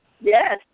Yes